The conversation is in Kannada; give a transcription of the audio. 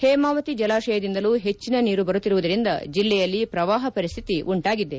ಹೇಮಾವತಿ ಜಲಾಶಯದಿಂದಲೂ ಹೆಚ್ಚಿನ ನೀರು ಬರುತ್ತಿರುವುದರಿಂದ ಜಿಲ್ಲೆಯಲ್ಲಿ ಪ್ರವಾಹ ಪರಿಸ್ತಿತಿ ಉಂಟಾಗಿದೆ